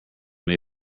may